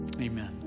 Amen